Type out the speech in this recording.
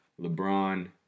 LeBron